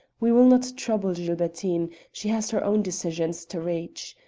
we will not trouble gilbertine. she has her own decisions to reach.